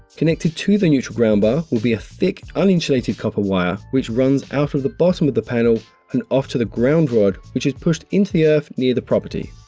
connected to the neutral ground bar will be a thick uninsulated copper wire which runs out of the bottom of the panel and off to the ground rod which is pushed into the earth near the property.